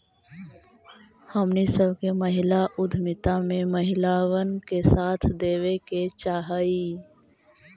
हमनी सब के महिला उद्यमिता में महिलबन के साथ देबे के चाहई